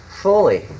fully